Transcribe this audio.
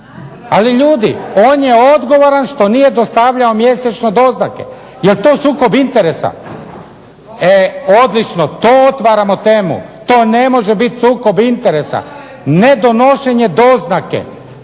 Ali ljudi on je odgovoran što nije dostavljao mjesečno doznake. Jel' to sukob interesa? E odlično. To otvaramo temu. To ne može biti sukob interesa. Ne donošenje doznake,